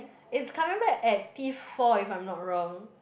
it's coming back at P-four if I'm not wrong